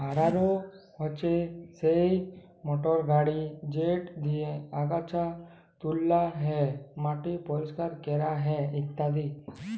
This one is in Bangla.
হাররো হছে সেই মটর গাড়ি যেট দিঁয়ে আগাছা তুলা হ্যয়, মাটি পরিষ্কার ক্যরা হ্যয় ইত্যাদি